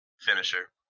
finisher